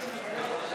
תן לנו משהו